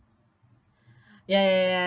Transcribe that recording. ya ya ya